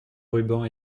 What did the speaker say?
ruban